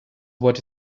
what